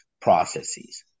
processes